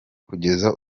kugeza